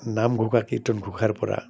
Namghosha Kirtan ঘোষাৰপৰা